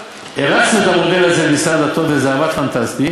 הרצנו את המודל הזה במשרד הדתות, וזה עבד פנטסטי,